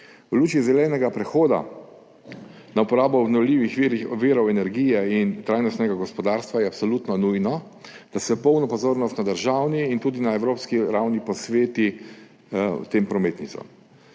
V luči zelenega prehoda na uporabo obnovljivih virov energije in trajnostnega gospodarstva je absolutno nujno, da se polno pozornost na državni in tudi na evropski ravni posveti tem prometnicam.